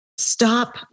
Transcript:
Stop